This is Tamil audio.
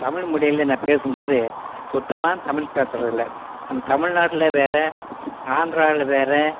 தமிழ் மொழியில் நான் பேசும்போது சுத்தமான தமிழ் பேசுறது இல்லை நம்ம தமிழ் நாட்டில் வேறு ஆந்த்ராவில் வேறு